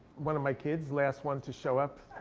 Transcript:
one of my kids, last one to show up.